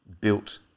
built